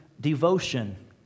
Devotion